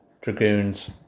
Dragoons